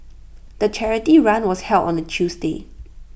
the charity run was held on A Tuesday